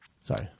Sorry